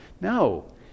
No